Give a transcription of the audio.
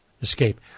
escape